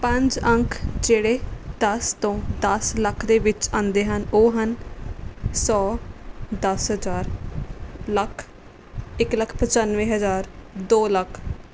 ਪੰਜ ਅੰਕ ਜਿਹੜੇ ਦਸ ਤੋਂ ਦਸ ਲੱਖ ਦੇ ਵਿੱਚ ਆਉਂਦੇ ਹਨ ਉਹ ਹਨ ਸੌ ਦਸ ਹਜ਼ਾਰ ਲੱਖ ਇੱਕ ਲੱਖ ਪਚਾਨਵੇਂ ਹਜ਼ਾਰ ਦੋ ਲੱਖ